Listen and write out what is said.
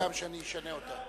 גם לא נראה לי שאני אשנה אותה.